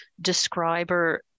describer